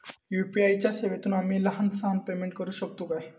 UPI च्या सेवेतून आम्ही लहान सहान पेमेंट करू शकतू काय?